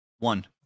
one